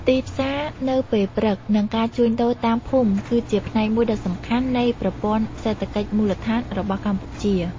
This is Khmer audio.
ទីផ្សារនៅពេលព្រឹក និងការជួញដូរតាមភូមិគឺជាផ្នែកមួយដ៏សំខាន់នៃប្រព័ន្ធសេដ្ឋកិច្ចមូលដ្ឋានរបស់កម្ពុជា។